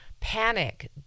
panic